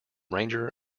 ranger